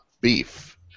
beef